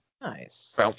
Nice